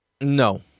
No